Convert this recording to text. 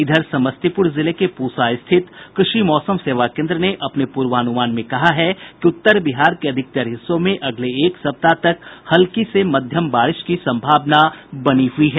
इधर समस्तीपुर जिले के पूसा स्थित कृषि मौसम सेवा केन्द्र ने अपने पूर्वानुमान में कहा है कि उत्तर बिहार के अधिकतर हिस्सों में अगले एक सप्ताह तक हल्की से मध्यम बारिश की संभावना बनी हुई है